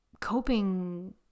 Coping